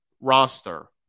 roster